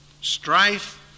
strife